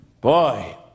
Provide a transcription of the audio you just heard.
boy